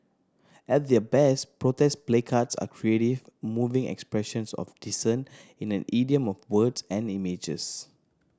at their best protest placards are creative moving expressions of dissent in the idiom of words and images